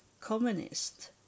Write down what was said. communist